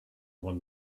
one